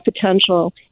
potential